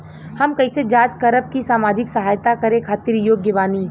हम कइसे जांच करब की सामाजिक सहायता करे खातिर योग्य बानी?